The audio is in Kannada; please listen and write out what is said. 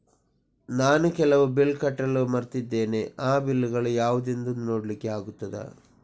ನಾನು ಕೆಲವು ಬಿಲ್ ಕಟ್ಟಲು ಮರ್ತಿದ್ದೇನೆ, ಆ ಬಿಲ್ಲುಗಳು ಯಾವುದೆಂದು ನೋಡ್ಲಿಕ್ಕೆ ಆಗುತ್ತಾ?